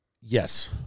Yes